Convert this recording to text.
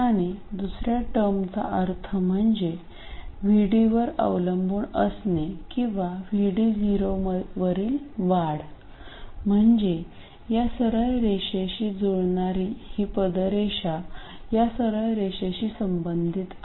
आणि दुसर्या टर्मचा अर्थ म्हणजे VD वर अवलंबून असणे किंवा VD0 वरील वाढ म्हणजे या सरळ रेषाशी जुळणारी ही पदरेषा या सरळ रेषेशी संबंधित आहे